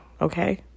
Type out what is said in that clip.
okay